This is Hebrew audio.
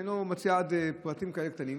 אני לא מציע עד פרטים כאלה קטנים.